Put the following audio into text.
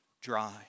dry